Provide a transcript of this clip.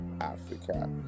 Africa